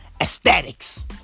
aesthetics